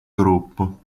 gruppo